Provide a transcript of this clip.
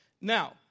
Now